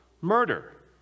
Murder